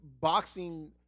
boxing